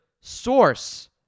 source